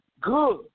Good